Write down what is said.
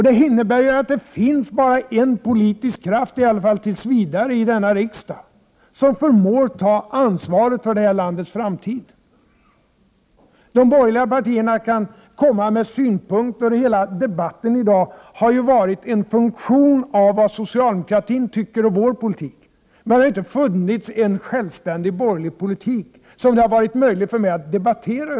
Det innebär ju att det bara finns en politisk kraft —i alla fall tills vidare — i denna riksdag som förmår ta ansvaret för detta lands framtid. De borgerliga partierna kan endast komma med synpunkter. Hela debatten i dag har handlat om vad socialdemokratin tycker om vår politik. Det har över huvud taget inte funnits någon självständig borgerlig politik, som jag skulle haft möjlighet att debattera.